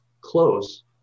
close